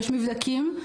יש מבדקים,